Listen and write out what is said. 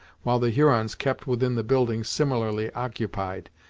while the hurons kept within the building, similarly occupied.